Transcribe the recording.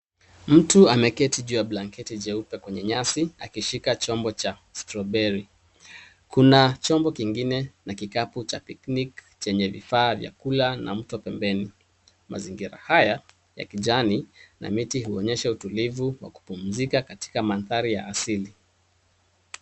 Mtu ameketi juu ya blanketi jeupe kwenye nyasi akishika chombo cha strawberry . Kuna chombo kingine na kikapu cha picnic chenye vifaa vya kula na mtu pembeni. Mazingira haya ya kijani na miti huonyesha utulivu wa kupumzika katika mandhari ya asili.